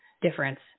difference